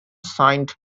signed